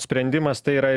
sprendimas tai yra